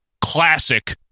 classic